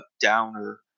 downer